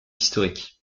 historique